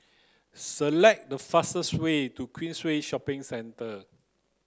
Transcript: select the fastest way to Queensway Shopping Centre